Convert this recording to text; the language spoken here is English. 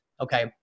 okay